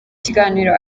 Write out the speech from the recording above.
kiganiro